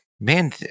Man